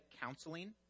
counseling